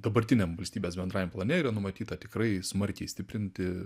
dabartiniam valstybės bendrajam plane numatyta tikrai smarkiai stiprinti